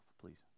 please